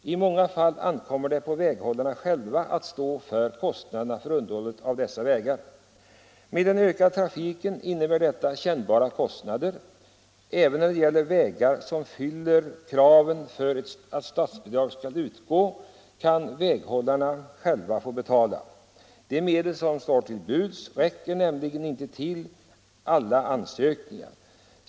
I många fall ankommer det på väghållarna själva att stå för kostnaderna för underhållet av dessa vägar. Med den ökande trafiken innebär detta kännbara kostnader. Även när det gäller vägar som fyller kraven för att statsbidrag skall utgå kan väghållarna själva få betala. De medel som står till buds räcker nämligen inte till alla ansökningar.